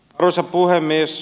arvoisa puhemies